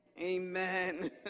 Amen